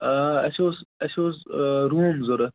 آ اَسہِ اوس اَسہِ اوس روٗم ضروٗرت